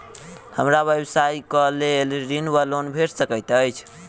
हमरा व्यवसाय कऽ लेल ऋण वा लोन भेट सकैत अछि?